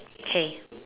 okay